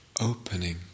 Opening